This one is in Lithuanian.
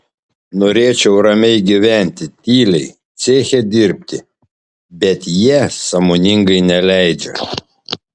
norėčiau ramiai gyventi tyliai ceche dirbti bet jie sąmoningai neleidžia